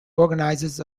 organizers